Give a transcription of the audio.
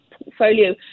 Portfolio